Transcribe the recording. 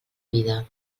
vida